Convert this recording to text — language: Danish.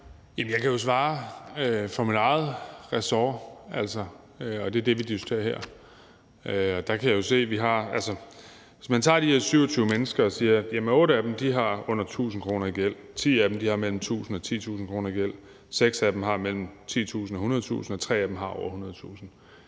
Jeg kan jo svare for mit eget ressort, og det er det, vi diskuterer her. Hvis man tager de her 27 mennesker, så har de 8 af dem under 1.000 kr. i gæld, 10 af dem har mellem 1.000 kr. og 10.000 kr. i gæld, 6 af dem har mellem 10.000 kr. og 100.000 kr. i gæld, og 3 af dem har over 100.000 kr.